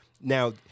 Now